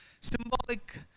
symbolic